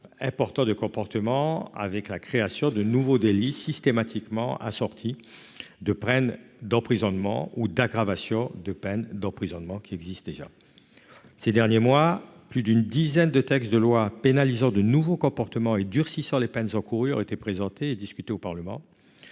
important de comportements du fait de la création de nouveaux délits systématiquement assortis de peines d'emprisonnement ou du fait de l'aggravation de peines d'emprisonnement qui existent déjà. Ces derniers mois, plus d'une dizaine de textes de loi pénalisant de nouveaux comportements et durcissant les peines encourues ont été présentés et discutés au Parlement.